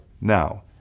Now